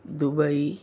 Dubai